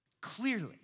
clearly